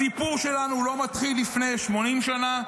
הסיפור שלנו לא מתחיל לפני 80 שנה,